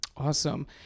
Awesome